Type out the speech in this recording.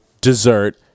dessert